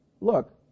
Look